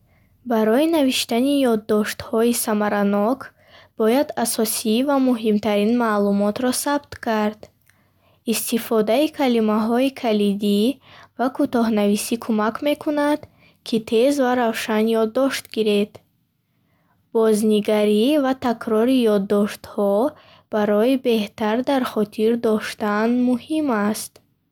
Барои навиштани ёддоштҳои самаранок бояд асосӣ ва муҳимтарин маълумотро сабт кард. Истифодаи калимаҳои калидӣ ва кӯтоҳнависӣ кӯмак мекунад, ки тез ва равшан ёддошт гиред. Бознигарӣ ва такрори ёддоштҳо барои беҳтар дар хотир доштан муҳим аст.